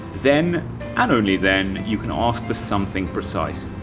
then and only then, you can ask for something precise.